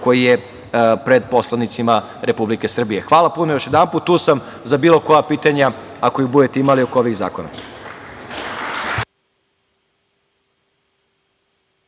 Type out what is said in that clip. koji je pred poslanicima Republike Srbije. Hvala, još jedanput. Tu sam za bilo koja pitanja ako ih budete imali oko ovih zakona.